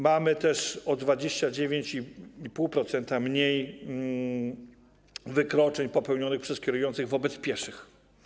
Mamy też o 29,5% mniej wykroczeń popełnionych przez kierujących wobec pieszych.